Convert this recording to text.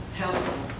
helpful